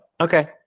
okay